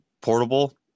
portable